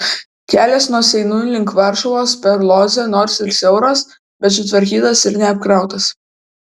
kelias nuo seinų link varšuvos per lodzę nors ir siauras bet sutvarkytas ir neapkrautas